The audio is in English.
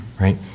right